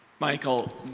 michael,